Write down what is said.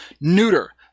neuter